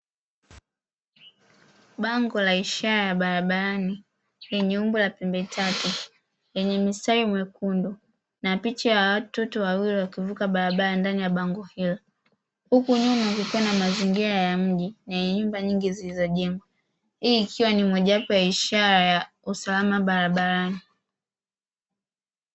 Bango la ishara ya barabarani lenye umbo la pembe tatu lenye mstari mwekundu na picha ya watoto wawili wakivuka barabara ndani ya bango hilo, huku nyuma kukiwa na mazingira ya mji yenye nyuma nyingi zilizojengwa; hii ikiwa ni mojawapo ya ishara ya usalama barabarani.